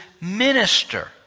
minister